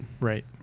Right